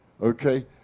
Okay